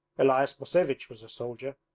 elias mosevich was a soldier,